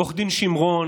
עו"ד שמרון,